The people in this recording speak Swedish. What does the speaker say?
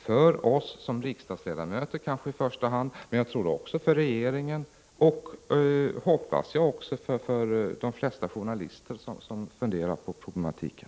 Det gäller kanske i första hand för oss riksdagsledamöter, men säkert också för regeringen och, hoppas jag, för de flesta journalister som funderar över den här problematiken.